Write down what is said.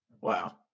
Wow